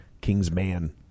Kingsman